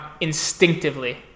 instinctively